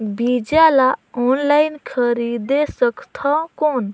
बीजा ला ऑनलाइन खरीदे सकथव कौन?